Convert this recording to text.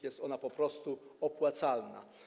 Jest ona po prostu opłacalna.